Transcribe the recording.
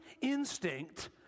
instinct